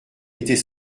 était